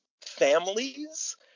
families